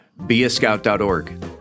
beascout.org